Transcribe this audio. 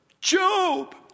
Job